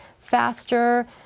faster